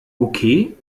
okay